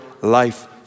life